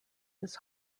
his